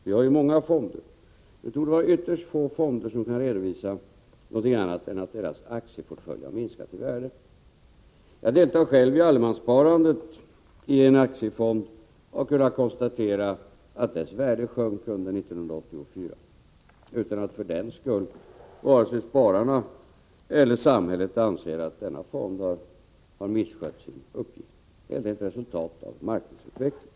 Vi har ju många fonder, och det torde vara ytterst få fonder som kan redovisa någonting annat än att deras aktieportfölj har minskat i värde. Jag deltar själv i allemanssparandet i en aktiefond och har kunnat konstatera att dess värde sjönk under 1984, utan att för den skull vare sig spararna eller samhället anser att denna fond har misskött sin uppgift. Det är helt enkelt ett resultat av marknadsutvecklingen.